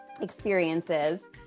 experiences